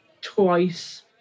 twice